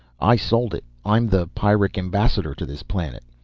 i sold it. i'm the pyrric ambassador to this planet.